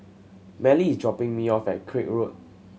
Mallie is dropping me off at Craig Road